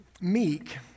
Meek